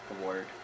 award